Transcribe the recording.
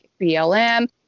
BLM